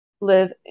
live